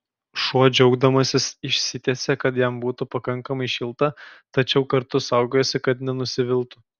šuo džiaugdamasis išsitiesė kad jam būtų pakankamai šilta tačiau kartu saugojosi kad nenusviltų